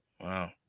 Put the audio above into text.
Wow